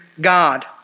God